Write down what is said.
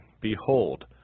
Behold